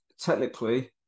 technically